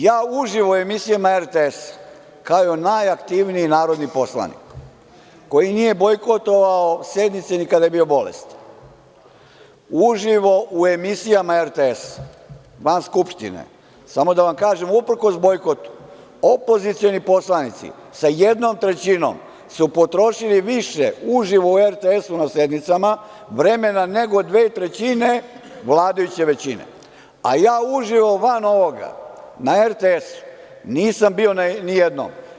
Ja uživo u emisijama RTS, kao najaktivniji narodni poslanik, koji nije bojkotovao sednice ni kada je bio bolestan, uživo u emisijama RTS, van Skupštine, samo da vam kažem, uprkos bojkotu, opozicioni poslanici sa jednom trećinom, su potrošili više uživo u RTS na sednicama vremena, nego dve trećine vladajuće većine, a ja uživo, van ovoga, na RTS nisam bio nijednom.